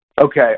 Okay